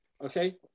Okay